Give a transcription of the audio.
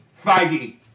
Feige